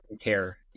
care